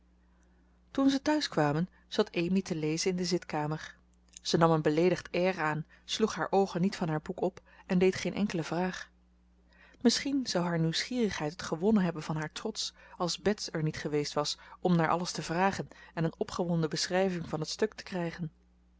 toen ze thuis kwamen zat amy te lezen in de zitkamer ze nam een beleedigd air aan sloeg haar oogen niet van haar boek op en deed geen enkele vraag misschien zou haar nieuwsgierigheid het gewonnen hebben van haar trots als bets er niet geweest was om naar alles te vragen en een opgewonden beschrijving van het stuk te krijgen